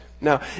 Now